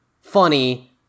funny